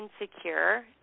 insecure